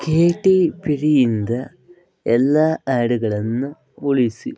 ಕೇಟಿ ಪೆರಿಯಿಂದ ಎಲ್ಲ ಹಾಡುಗಳನ್ನು ಉಳಿಸಿ